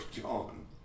John